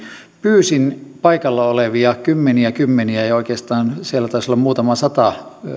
pyysin paikalla olevia kymmeniä ja kymmeniä ihmisiä oikeastaan siellä taisi olla muutama sata